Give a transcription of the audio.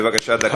בבקשה, דקה.